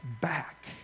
back